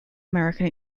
american